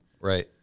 right